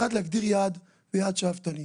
ראשית, להגדיר יעד, ויעד שאפתני.